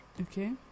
Okay